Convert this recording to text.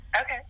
Okay